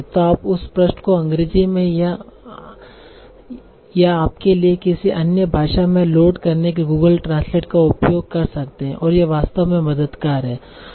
तो आप उस पृष्ठ को अंग्रेजी में या आपके लिए किसी अन्य भाषा में लोड करने के लिए गूगल ट्रांसलेट का उपयोग कर सकते हैं और यह वास्तव में मददगार है